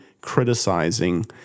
criticizing